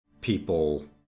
people